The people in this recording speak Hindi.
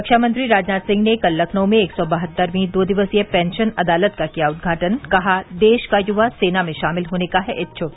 रक्षामंत्री राजनाथ सिंह ने कल लखनऊ में एक सौ बहत्तरवीं दो दिवसीय पेंशन अदालत का किया उद्घाटन कहा देश का युवा सेना में शामिल होने का है इच्छुक